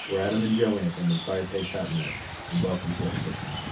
we're adam and joanne from inspiredtaste dot and net and welcome to our kitchen.